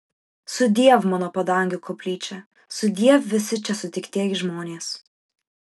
sudiev mano padangių koplyčia sudiev visi čia sutiktieji žmonės